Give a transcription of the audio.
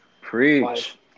Preach